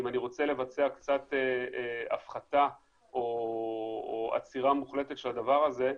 אם אני רוצה לבצע קצת הפחתה או עצירה מוחלטת של הדבר הזה,